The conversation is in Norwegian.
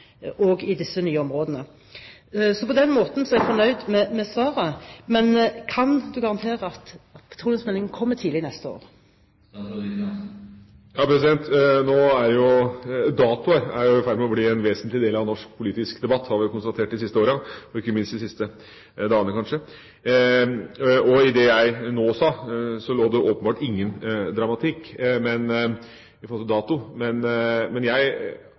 i disse nye områdene. På den måten er jeg fornøyd med svaret. Men kan statsråden garantere at petroleumsmeldingen kommer tidlig neste år? Nå er datoer i ferd med å bli en vesentlig del av norsk politisk debatt. Det har vi konstatert de siste årene, og ikke minst de siste dagene, kanskje. I det jeg nå sa, lå det åpenbart ingen dramatikk når det gjelder dato. Men jeg